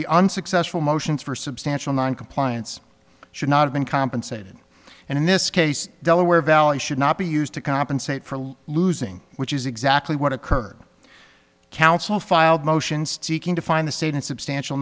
the unsuccessful motions for substantial noncompliance should not have been compensated and in this case delaware valley should not be used to compensate for losing which is exactly what occurred counsel filed motions taking to find the statement substantial